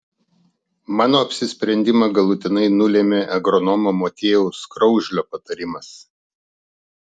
mano apsisprendimą galutinai nulėmė agronomo motiejaus kraužlio patarimas